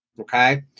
Okay